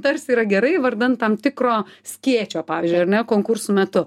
tarsi yra gerai vardan tam tikro skėčio pavyzdžiui ar ne konkursų metu